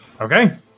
Okay